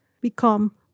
become